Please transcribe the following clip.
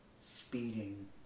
speeding